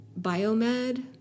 biomed